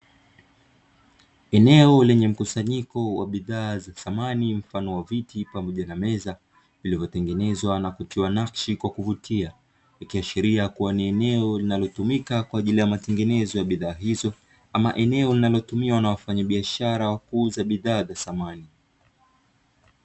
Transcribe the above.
Eneo lenye mkusanyiko wa bidhaa za samani mfano wa viti pamoja na meza, vilivyotengenezwa na kutiwa nakshi kwa kuvutia, ikiashiria kuwa ni eneo linalotumika kwa ajili ya matengenezo ya bidhaa hizo ama ni eneo linalotumika na wafanyabiashara wa kuuza bidhaa za samani.